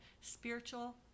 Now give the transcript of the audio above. spiritual